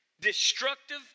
destructive